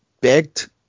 begged